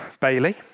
Bailey